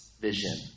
vision